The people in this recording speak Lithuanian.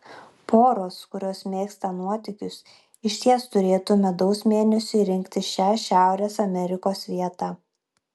poros kurios mėgsta nuotykius išties turėtų medaus mėnesiui rinktis šią šiaurės amerikos vietą